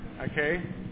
Okay